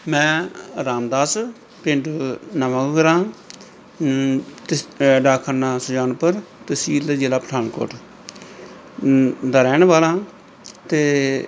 ਮੈਂ ਰਾਮਦਾਸ ਪਿੰਡ ਨਵਾਂ ਗਰਾਮ ਤਸ ਡਾਕਖਾਨਾ ਸਜਾਨਪੁਰ ਤਹਿਸੀਲ ਅਤੇ ਜ਼ਿਲ੍ਹਾ ਪਠਾਨਕੋਟ ਦਾ ਰਹਿਣ ਵਾਲਾ ਅਤੇ